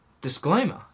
disclaimer